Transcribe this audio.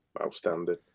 outstanding